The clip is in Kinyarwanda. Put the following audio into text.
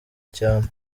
cyane